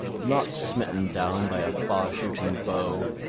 not smitten down by a far-shooting bow,